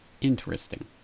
Interesting